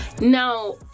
Now